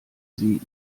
sie